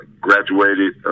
graduated